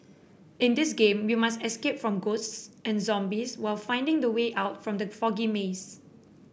in this game you must escape from ghosts and zombies while finding the way out from the foggy maze